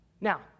Now